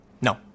no